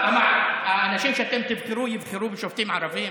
האנשים שאתם תבחרו יבחרו בשופטים ערבים?